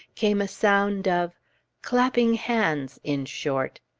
came a sound of clapping hands, in short!